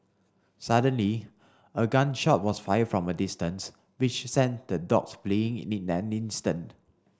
suddenly a gun shot was fired from a distance which sent the dogs fleeing in an instant